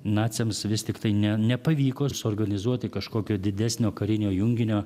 naciams vis tiktai ne nepavyko suorganizuoti kažkokio didesnio karinio junginio